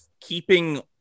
keeping